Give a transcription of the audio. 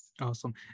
Awesome